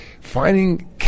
finding